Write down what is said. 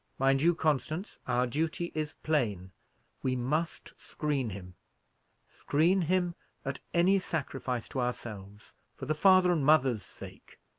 mind you, constance, our duty is plain we must screen him screen him at any sacrifice to ourselves, for the father and mother's sake.